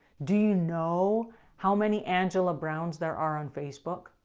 do you know how many angela brown's there are on facebook?